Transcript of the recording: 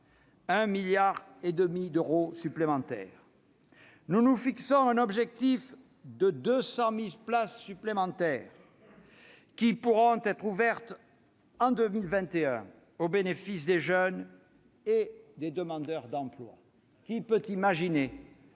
1,5 milliard d'euros supplémentaires. Nous nous fixons l'objectif de 200 000 places supplémentaires pouvant être ouvertes en 2021 au bénéfice des jeunes et des demandeurs d'emploi. Qui peut imaginer